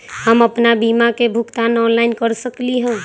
हम अपन बीमा के भुगतान ऑनलाइन कर सकली ह?